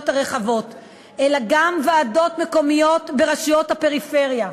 הרחבות אלא גם ועדות מקומיות ברשויות הפריפריה.